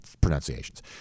pronunciations